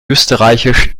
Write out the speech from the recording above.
österreichisch